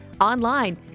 online